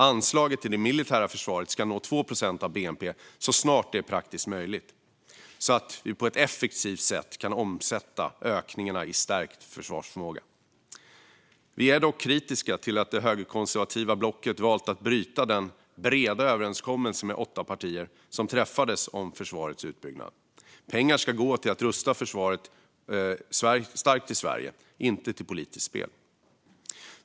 Anslaget till det militära försvaret ska nå 2 procent av bnp så snart det är praktiskt möjligt så att vi på ett effektivt sätt kan omsätta ökningarna i stärkt försvarsförmåga. Vi är dock kritiska till att det högerkonservativa blocket valt att bryta den breda överenskommelse om försvarets utbyggnad som träffades mellan åtta partier. Pengar ska gå till att rusta försvaret starkt i Sverige, inte till politiskt spel.